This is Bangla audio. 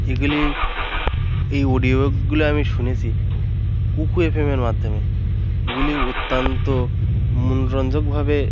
এগুলি এই ওডিওবুকগুলি আমি শুনেছি কুকু এফএমের মাধ্যমে এগুলি অত্যান্ত মনোরঞ্জকভাবে